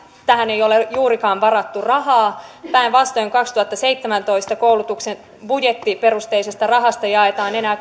tähän ei ole juurikaan varattu rahaa päinvastoin kaksituhattaseitsemäntoista koulutuksen budjettiperusteisesta rahasta jaetaan enää